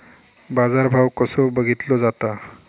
बाजार भाव कसो बघीतलो जाता?